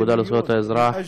האגודה לזכויות האזרח,